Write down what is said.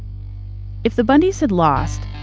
if the bundys had lost,